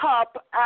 up